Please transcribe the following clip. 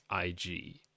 IG